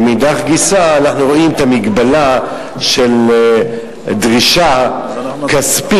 ומאידך גיסא אנחנו רואים את המגבלה של דרישה כספית,